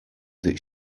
that